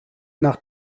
nach